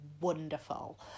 wonderful